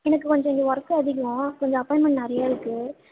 எனக்கு கொஞ்ச இங்க வொர்க்கு அதிகம் கொஞ்ச அப்பாயின்மெண்ட் நிறைய இருக்கு